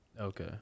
Okay